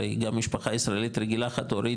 הרי גם משפחה ישראלית רגילה חד הורית,